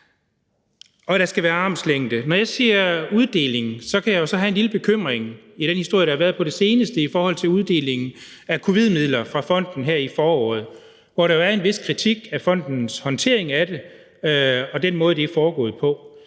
at der skal være armslængde. Når jeg siger uddeles, kan jeg have en lille bekymring henset til den historie, der har været på det seneste, om uddelingen af covidmidler fra fonden her i foråret, hvor der var en vis kritik af fondens håndtering af det og af den måde, det er foregået på.